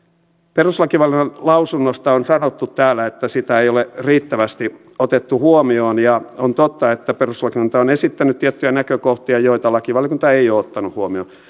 perustuslakivaliokunnan lausunnosta on sanottu täällä että sitä ei ole riittävästi otettu huomioon ja on totta että perustuslakivaliokunta on esittänyt tiettyjä näkökohtia joita lakivaliokunta ei ole ottanut huomioon